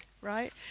Right